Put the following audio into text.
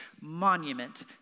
monument